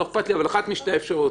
לא אכפת לי, אבל אחת משתי האפשרויות.